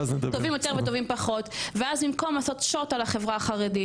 או טובים פחות ואז במקום לעשות 'שוט' על החברה החרדית